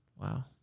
Wow